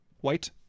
White